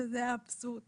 שזה האבסורד